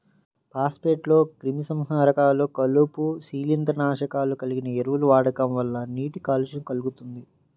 ఫాస్ఫేట్లు, క్రిమిసంహారకాలు, కలుపు, శిలీంద్రనాశకాలు కలిగిన ఎరువుల వాడకం వల్ల నీటి కాలుష్యం కల్గుతుంది